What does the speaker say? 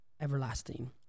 everlasting